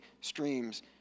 streams